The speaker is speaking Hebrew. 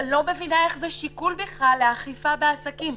אני לא מבינה איך זה שיקול בכלל לאכיפה בעסקים.